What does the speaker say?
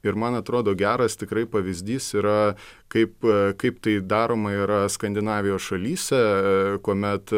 ir man atrodo geras tikrai pavyzdys yra kaip kaip tai daroma yra skandinavijos šalyse kuomet